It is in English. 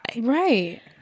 Right